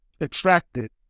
extracted